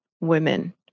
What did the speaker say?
women